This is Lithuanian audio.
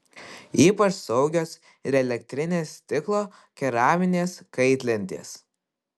ypač saugios ir elektrinės stiklo keraminės kaitlentės